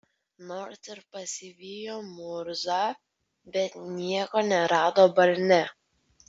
nors ir pasivijo murzą bet nieko nerado balne